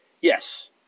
Yes